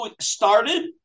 started